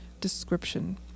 description